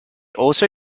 also